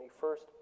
first